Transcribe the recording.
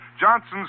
Johnson's